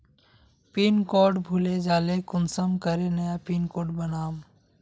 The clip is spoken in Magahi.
पिन कोड भूले जाले कुंसम करे नया पिन कोड बनाम?